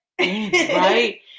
Right